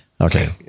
Okay